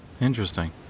Interesting